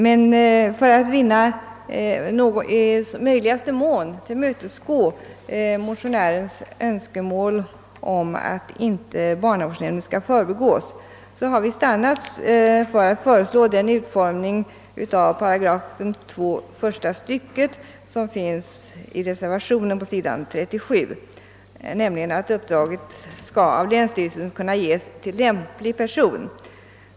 Men för att i möjligaste mån tillmötesgå motionärens önskemål om att barnavårdsnämnden inte skall förbigås har vi stannat för att föreslå den utformning av 2 § första stycket, som finns intagen i reservationen och som innebär att uppdraget av länsstyrelsen skall kunna ges till »lämplig person».